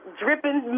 dripping